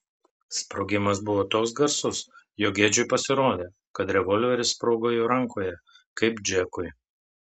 sprogimas buvo toks garsus jog edžiui pasirodė kad revolveris sprogo jo rankoje kaip džekui